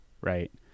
right